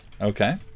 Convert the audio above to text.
Okay